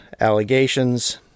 allegations